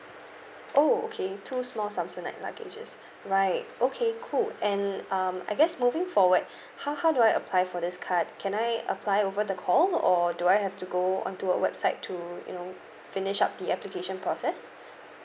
oh okay two small samsonite luggages right okay cool and um I guess moving forward how how do I apply for this card can I apply over the call or do I have to go onto a website to you know finish up the application process